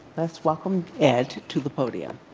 let's welcome ed to the podium.